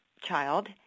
child